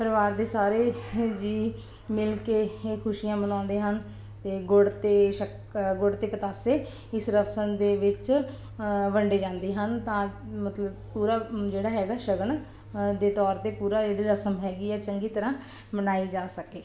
ਪਰਿਵਾਰ ਦੇ ਸਾਰੇ ਜੀਅ ਮਿਲ ਕੇ ਇਹ ਖੁਸ਼ੀਆਂ ਮਨਾਉਂਦੇ ਹਨ ਅਤੇ ਗੁੜ ਅਤੇ ਸ਼ੱਕ ਅ ਗੁੜ ਅਤੇ ਪਤਾਸੇ ਇਸ ਰਸਮ ਦੇ ਵਿੱਚ ਵੰਡੇ ਜਾਂਦੇ ਹਨ ਤਾਂ ਮਤਲਬ ਪੂਰਾ ਜਿਹੜਾ ਹੈਗਾ ਸ਼ਗਨ ਦੇ ਤੌਰ 'ਤੇ ਪੂਰਾ ਜਿਹੜੀ ਰਸਮ ਹੈਗੀ ਹੈ ਚੰਗੀ ਤਰ੍ਹਾਂ ਮਨਾਈ ਜਾ ਸਕੇ